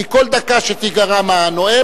כי כל דקה שתיגרע מהנואם,